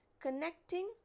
connecting